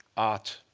art.